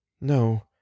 No